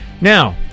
Now